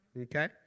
okay